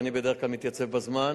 ובדרך כלל אני מתייצב בזמן.